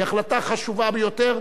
היא החלטה חשובה ביותר,